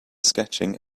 sketching